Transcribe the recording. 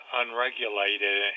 unregulated